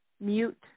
Mute